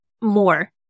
more